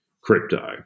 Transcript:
crypto